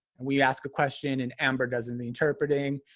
and we ask a question and amber does in the interpreting,